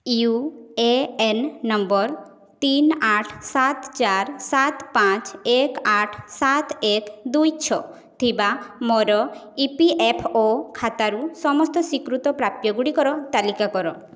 you A N number ତିନି ଆଠ ସାତ ଚାରି ସାତ ପାଞ୍ଚ ଏକ ଆଠ ସାତ ଏକ ଦୁଇ ଛଅ ଥିବା ମୋର ଇ ପି ଏଫ୍ ଓ ଖାତାରୁ ସମସ୍ତ ସ୍ଵୀକୃତ ପ୍ରାପ୍ୟଗୁଡ଼ିକର ତାଲିକା କର